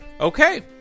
Okay